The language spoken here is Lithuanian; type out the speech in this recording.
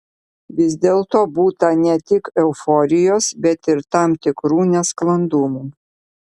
vis dėlto būta ne tik euforijos bet ir tam tikrų nesklandumų